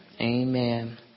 Amen